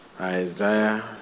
Isaiah